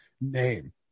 name